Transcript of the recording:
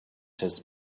his